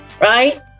right